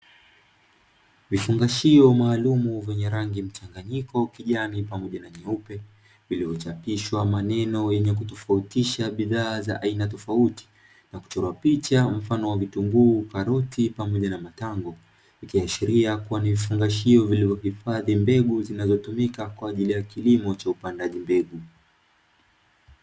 Vifungashio maalum wenye rangi mchanganyiko kijani pamoja na nyeupe, uliyo chapishwa maneno yenye kutofautisha bidhaa za aina tofauti na kuchora picha mfano wa vitunguu, karoti, pamoja na matango. Ikiaashiria kuwa ni mfungashio uliyohifadhi mbegu zinazotumika kwa ajili ya kilimo cha upandaji mbegu.